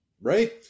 right